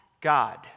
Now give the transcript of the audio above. God